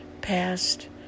past